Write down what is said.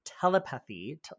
telepathy